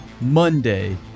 Monday